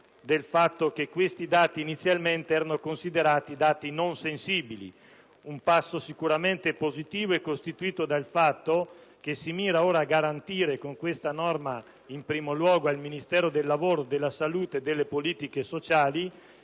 secondo cui questi dati erano considerati non sensibili. Un passo sicuramente positivo è costituito dal fatto che si mira ora a garantire con questa norma, in primo luogo che il Ministero del lavoro, della salute e delle politiche sociali,